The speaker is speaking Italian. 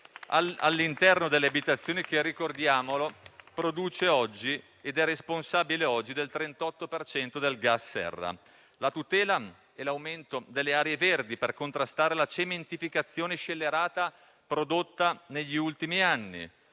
all'interno delle abitazioni che, ricordiamolo, oggi produce ed è responsabile del 38 per cento dei gas serra; alla tutela e all'aumento delle aree verdi per contrastare la cementificazione scellerata prodotta negli ultimi anni;